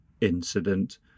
incident